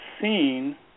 seen